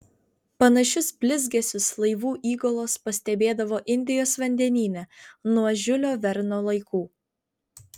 panašius blizgesius laivų įgulos pastebėdavo indijos vandenyne nuo žiulio verno laikų